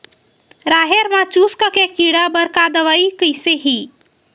राहेर म चुस्क के कीड़ा बर का दवाई कइसे ही?